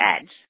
edge